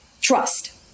trust